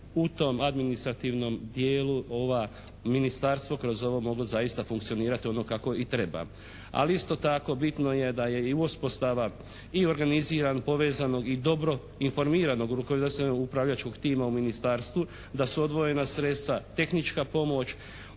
u tom administrativnom dijelu ova ministarstva kroz ovo moglo zaista moglo funkcionirati onako kako i treba. Ali isto tako bitno je da je i uspostava i organiziran i povezanog i dobro informiranog rukovodstvenog upravljačkog tima u ministarstvu, da su odvojena sredstva tehnička pomoć,